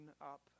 up